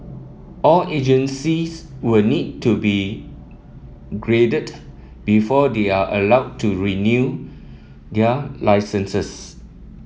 all agencies will need to be graded before they are allowed to renew their licences